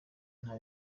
nta